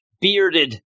bearded